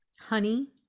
Honey